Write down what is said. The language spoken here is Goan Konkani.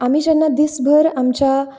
आमी जेन्ना दिसभर आमच्या